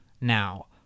now